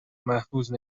محفوظ